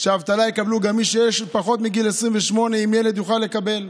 שאבטלה יקבלו גם מי שהם בני פחות 28, יוכלו לקבל.